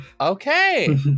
okay